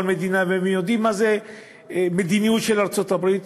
מדינה ויודעים מה זה מדיניות של ארצות-הברית,